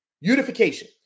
Unification